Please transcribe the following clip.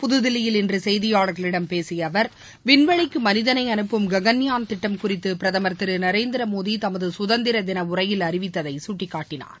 புதுதில்லியில் இன்று செய்தியாளர்களிடம் பேசிய அவர் விண்வெளிக்கு மனிதளை அனுப்பும் ககள்யான் திட்டம் குறித்து பிரதமர் திரு நரேந்திரமோடி தனது சுதந்திரதின உரையில் அறிவித்ததை சுட்டிக்காட்டினார்